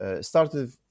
started